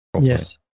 Yes